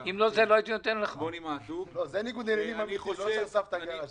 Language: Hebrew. וזה נותן לנו פה אתגר עוד יותר